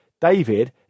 David